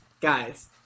guys